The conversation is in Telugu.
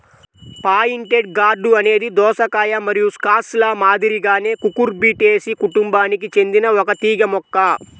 పాయింటెడ్ గార్డ్ అనేది దోసకాయ మరియు స్క్వాష్ల మాదిరిగానే కుకుర్బిటేసి కుటుంబానికి చెందిన ఒక తీగ మొక్క